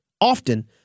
Often